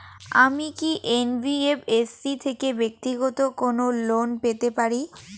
আমি কি এন.বি.এফ.এস.সি থেকে ব্যাক্তিগত কোনো লোন পেতে পারি?